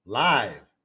live